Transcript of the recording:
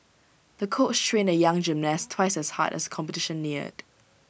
the coach trained the young gymnast twice as hard as the competition neared